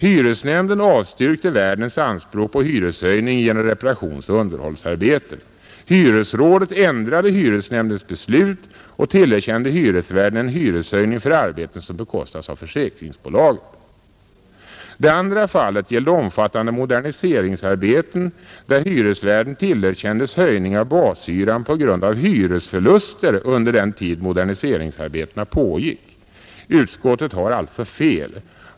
Hyresnämnden avstyrkte värdens anspråk på hyreshöjning med anledning av reparationsoch underhållsarbeten. Hyresrådet ändrade hyresnämndens beslut och tillerkände hyresvärden en hyreshöjning för arbeten som bekostats av försäkringsbolaget. Det andra fallet gällde omfattande moderniseringsarbeten, där hyresvärden tillerkändes höjning av bashyran på grund av hyresförluster under den tid moderniseringsarbetena pågick. Utskottet har alltså fel.